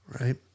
right